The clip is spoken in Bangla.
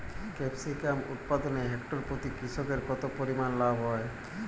ক্যাপসিকাম উৎপাদনে হেক্টর প্রতি কৃষকের কত পরিমান লাভ হয়?